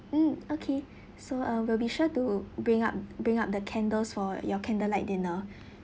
mm okay so uh we'll be sure to bring up bring up the candles for your candlelight dinner